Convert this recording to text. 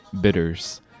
bitters